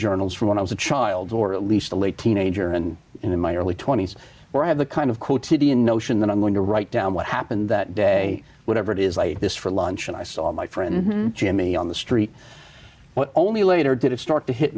journals from when i was a child or at least the late teenager and in my early twenty's or have the kind of quotidian notion that i'm going to write down what happened that day whatever it is like this for lunch and i saw my friend jimmy on the street but only later did it start to hit